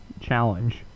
Challenge